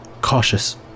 cautious